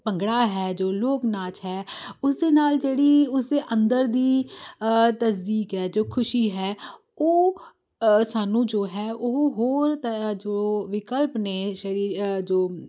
ਭੰਗੜਾ ਹੈ ਜੋ ਲੋਕ ਨਾਚ ਹੈ ਉਸਦੇ ਨਾਲ ਜਿਹੜੀ ਉਸਦੇ ਅੰਦਰ ਦੀ ਤਸਦੀਕ ਹੈ ਜੋ ਖੁਸ਼ੀ ਹੈ ਉਹ ਸਾਨੂੰ ਜੋ ਹੈ ਉਹ ਹੋਰ ਜੋ ਵਿਕਲਪ ਨੇ ਸਰੀਰ ਜੋ